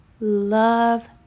love